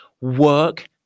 Work